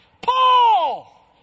Paul